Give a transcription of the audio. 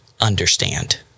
understand